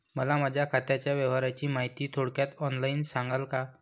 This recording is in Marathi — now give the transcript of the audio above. मला माझ्या खात्याच्या व्यवहाराची माहिती थोडक्यात ऑनलाईन सांगाल का?